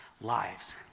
lives